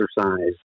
exercise